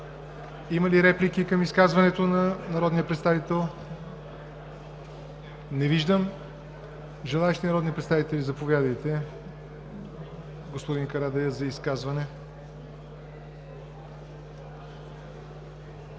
Има ли реплики към изказването на народния представител? Не виждам. Желаещи народни представители? Заповядайте, господин Карадайъ, за изказване.